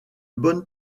bonne